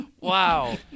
Wow